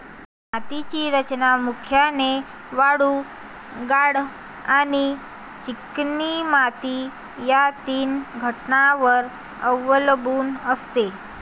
मातीची रचना प्रामुख्याने वाळू, गाळ आणि चिकणमाती या तीन घटकांवर अवलंबून असते